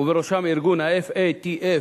ובראשם ארגון ה-FATF,